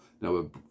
Now